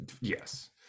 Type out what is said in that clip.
Yes